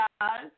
guys